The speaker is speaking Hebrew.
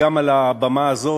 גם על הבמה הזאת,